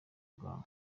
bwawe